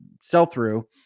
sell-through